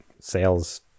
sales